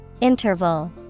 Interval